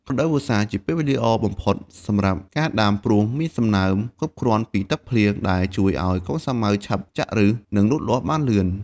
រដូវវស្សា ជាពេលវេលាល្អបំផុតសម្រាប់ការដាំ ព្រោះមានសំណើមគ្រប់គ្រាន់ពីទឹកភ្លៀង ដែលជួយឲ្យកូនសាវម៉ាវឆាប់ចាក់ឫស និងលូតលាស់បានលឿន។